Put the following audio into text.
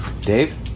Dave